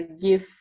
give